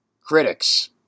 critics